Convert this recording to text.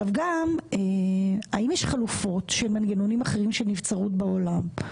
שאלה נוספת היא האם יש חלופות של מנגנונים אחרים של נבצרות בעולם?